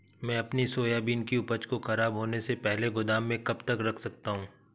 मैं अपनी सोयाबीन की उपज को ख़राब होने से पहले गोदाम में कब तक रख सकता हूँ?